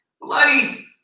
Bloody